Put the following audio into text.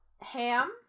ham